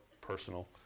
personal